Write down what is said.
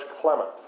Clement